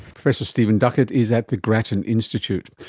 professor stephen duckett is at the grattan institute.